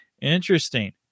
Interesting